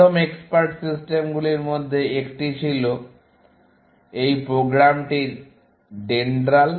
প্রথম এক্সপার্ট সিস্টেমগুলির মধ্যে একটি ছিল এই প্রোগ্রামটি ডেনড্রাল